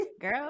Girl